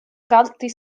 dhaltaí